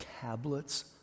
tablets